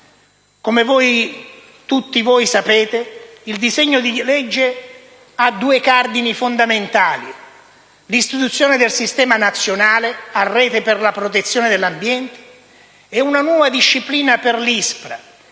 Come tutti voi sapete, questo provvedimento ha due cardini fondamentali: l'istituzione del Sistema nazionale a rete per la protezione dell'ambiente e una nuova disciplina per l'ISPRA,